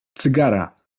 cygara